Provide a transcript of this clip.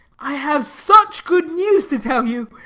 i have such good news to tell you.